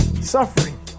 suffering